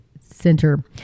Center